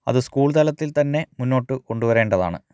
അത് സ്കൂൾ തലത്തിൽ തന്നെ മുന്നോട്ട് കൊണ്ട് വരേണ്ടതാണ്